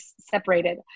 separated